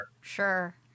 Sure